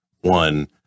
one